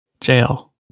Jail